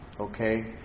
Okay